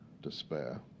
despair